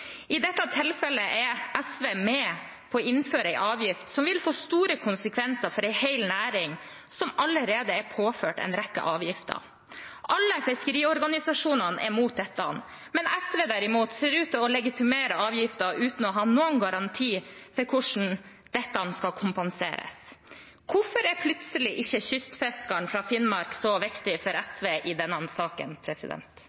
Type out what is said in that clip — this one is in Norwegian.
I dette tilfellet er SV med på å innføre en avgift som vil få store konsekvenser for en hel næring som allerede er påført en rekke avgifter. Alle fiskeriorganisasjonene er mot dette, men SV, derimot, ser ut til å legitimere avgiften uten å ha noen garanti for hvordan dette skal kompenseres. Hvorfor er plutselig ikke kystfiskeren fra Finnmark så viktig for